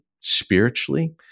spiritually